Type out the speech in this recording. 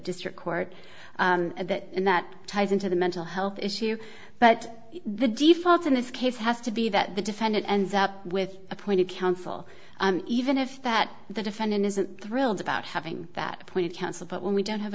district court that that ties into the mental health issue but the default in this case has to be that the defendant ends up with appointed counsel even if that the defendant isn't thrilled about having that appointed counsel but when we don't have